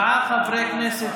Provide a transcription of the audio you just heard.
תודה, מכובדיי.